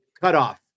cutoff